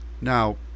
Now